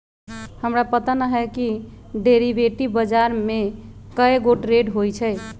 हमरा पता न हए कि डेरिवेटिव बजार में कै गो ट्रेड होई छई